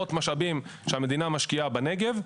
שירותים בסיסיים של בריאות ונושאים אחרים.